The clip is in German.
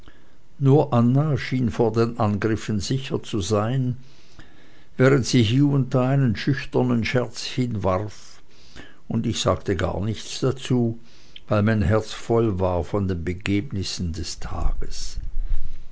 nur anna schien vor den angriffen sicher zu sein während sie hie und da einen schüchternen scherz hinwarf und ich sagte gar nichts dazu weil mein herz voll war von den begebnissen des tages